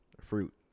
Fruit